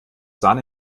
sahne